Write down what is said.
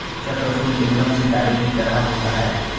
चक्रफूल एकदम सितारे की तरह होता है